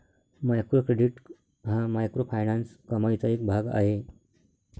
micro credit हा microfinance कमाईचा एक भाग आहे